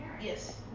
Yes